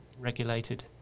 regulated